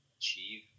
achieve